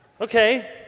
Okay